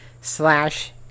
slash